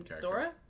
Dora